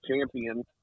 champion